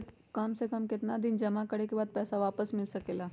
काम से कम केतना दिन जमा करें बे बाद पैसा वापस मिल सकेला?